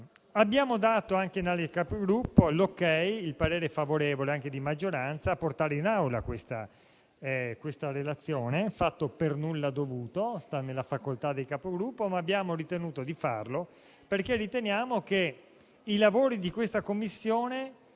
Abbiamo dato anche in seno alla Capigruppo il parere favorevole della maggioranza a portare in Aula questa relazione: fatto per nulla dovuto, essendo nella facoltà dei Capigruppo, ma abbiamo ritenuto di farlo perché riteniamo che i lavori della Commissione